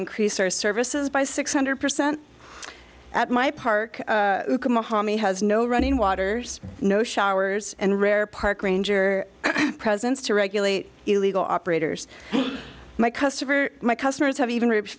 increase our services by six hundred percent at my park has no running water no showers and rare park ranger presence to regulate illegal operators my customer my customers have even